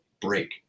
break